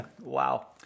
Wow